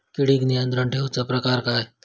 किडिक नियंत्रण ठेवुचा प्रकार काय?